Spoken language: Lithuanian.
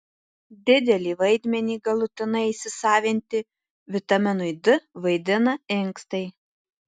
didelį vaidmenį galutinai įsisavinti vitaminui d vaidina inkstai